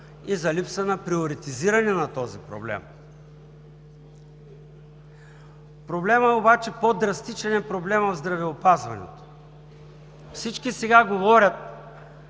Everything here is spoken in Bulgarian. и за липса на приоритизиране на този проблем. Обаче по-драстичен е проблемът в здравеопазването. Всички сега говорят